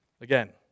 Again